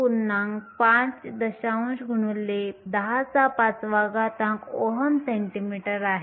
5 x 105 Ω cm आहे